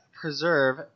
preserve